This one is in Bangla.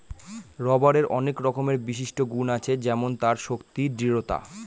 রবারের আনেক রকমের বিশিষ্ট গুন আছে যেমন তার শক্তি, দৃঢ়তা